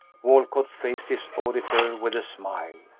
walcott faced his auditor with a smile,